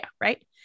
right